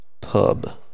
Pub